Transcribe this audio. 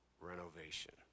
renovation